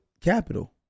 capital